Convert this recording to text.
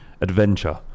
adventure